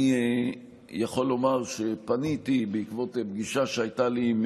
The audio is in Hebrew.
אני יכול לומר שבעקבות פגישה שהייתה לי עם